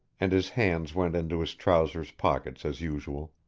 and his hands went into his trousers pockets as usual.